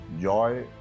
joy